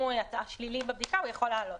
אם הוא יצא שלילי בבדיקה הוא יכול לעלות.